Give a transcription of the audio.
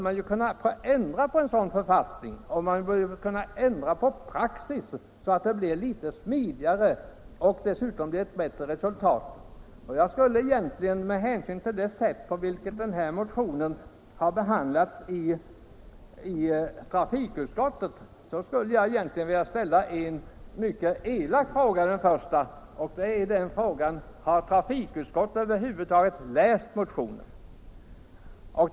Men då bör författningen eller praxis ändras, så att det blir ett smidigare förfarande och dessutom ett bättre resultat. Med hänsyn till det sätt på vilket denna motion behandlats av trafikutskottet skulle jag vilja ställa en mycket elak fråga: Har trafikutskottet över huvud taget läst motionen?